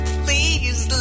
please